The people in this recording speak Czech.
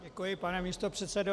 Děkuji, pane místopředsedo.